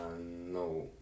no